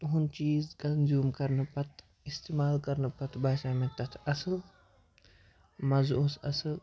تُہُنٛد چیٖز کَنزیوٗم کَرنہٕ پَتہٕ استعمال کَرنہٕ پَتہٕ باسیٛو مےٚ تَتھ اَصٕل مَزٕ اوس اَصٕل